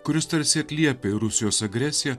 kuris tarsi atliepia į rusijos agresiją